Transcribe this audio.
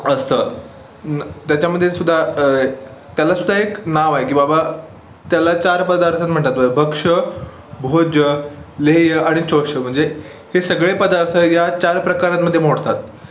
असतं न त्याच्यामध्ये सुद्धा त्याला सुद्धा एक नाव आहे की बाबा त्याला चार पदार्थ म्हणतात भक्ष्य भोज्य लेह्य आणि चोष्य म्हणजे हे सगळे पदार्थ या चार प्रकारांमध्ये मोडतात